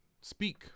speak